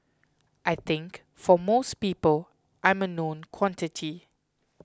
I think for most people I'm a known quantity